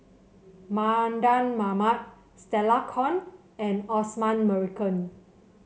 Mardan Mamat Stella Kon and Osman Merican